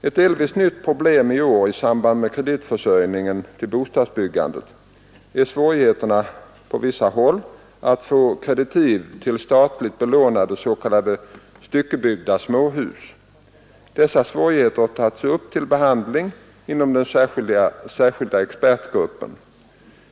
Ett delvis nytt problem i år i samband med kreditförsörjningen till bostadsbyggandet är svårigheter på vissa håll att få kreditiv till statligt belånade, s.k. styckebyggda, småhus. Dessa svårigheter har tagits upp till behandling inom den särskilda expertgruppen.